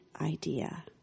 idea